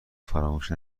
فراموش